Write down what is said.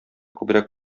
күбрәк